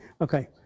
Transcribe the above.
okay